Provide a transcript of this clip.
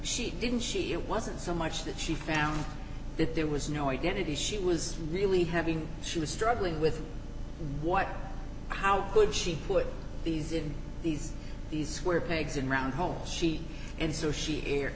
she didn't she it wasn't so much that she found that there was no identity she was really having she was struggling with what how could she put these in these these square pegs in round hole she and so she